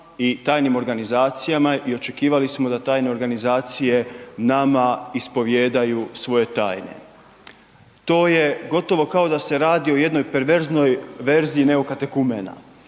i tajnim organizacijama i očekivali smo da tajne organizacije nama ispovijedaju svoje tajne. To je gotovo kao da se radi o jednoj perverznoj verziji neokatekumena.